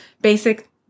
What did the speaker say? Basic